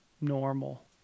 normal